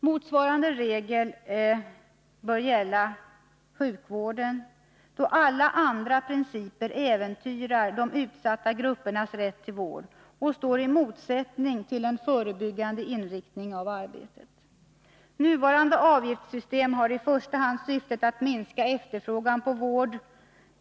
Motsvarande regel bör gälla sjukvården, då alla andra principer äventyrar de utsatta gruppernas rätt till vård och står i motsättning till en förebyggande inriktning av arbetet. Nuvarande avgiftssystem har i första hand syftet att minska efterfrågan på vård.